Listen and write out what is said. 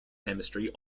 chemistry